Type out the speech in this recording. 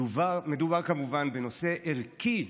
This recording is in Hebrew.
מדובר כמובן בנושא ערכי,